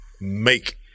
make